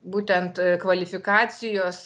būtent kvalifikacijos